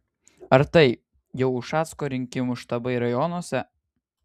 ar tai jau ušacko rinkimų štabai rajonuose